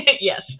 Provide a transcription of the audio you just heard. Yes